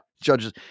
judges